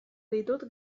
ditut